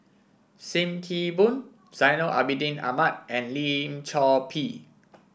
Sim Kee Boon Zainal Abidin Ahmad and Lim Chor Pee